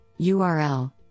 url